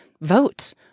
vote